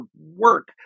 work